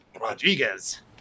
Rodriguez